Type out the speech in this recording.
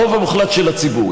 הרוב המוחלט של הציבור.